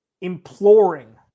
imploring